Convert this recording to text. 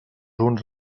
uns